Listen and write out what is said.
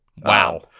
Wow